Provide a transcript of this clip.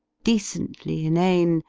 decently inane.